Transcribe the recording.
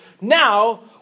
Now